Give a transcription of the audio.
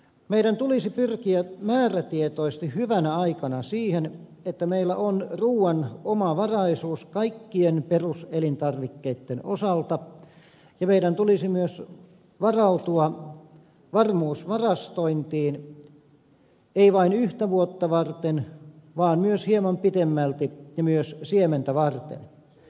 meidän tulisi pyrkiä määrätietoisesti hyvänä aikana siihen että meillä on ruoan omavaraisuus kaikkien peruselintarvikkeitten osalta ja meidän tulisi myös varautua varmuusvarastointiin ei vain yhtä vuotta varten vaan myös hieman pitemmälti ja myös siementä varten